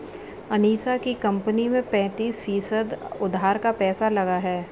अनीशा की कंपनी में पैंतीस फीसद उधार का पैसा लगा है